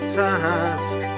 task